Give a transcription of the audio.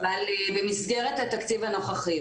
במסגרת התקציב הנוכחי,